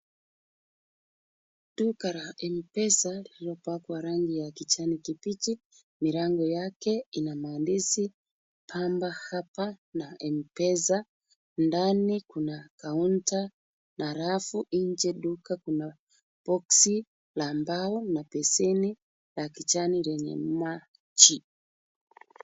Duka la M-Pesa lililopakwa rangi ya kijani kibichi. Milango yake ina maandishi Bamba Hapa na M-Pesa. Ndani kuna kaunta na rafu. Nje duka kuna boksi la mbao na besheni la kijani lenye maji.